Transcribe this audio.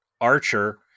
Archer